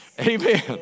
Amen